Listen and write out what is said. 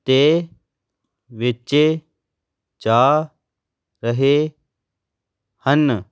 'ਤੇ ਵੇਚੇ ਜਾ ਰਹੇ ਹਨ